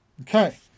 Okay